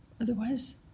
Otherwise